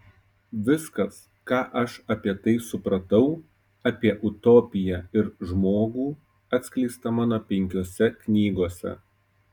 viskas ką aš apie tai supratau apie utopiją ir žmogų atskleista mano penkiose knygose